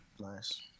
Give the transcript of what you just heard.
nice